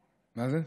מה זה?